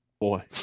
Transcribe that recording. boy